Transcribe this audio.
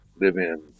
live-in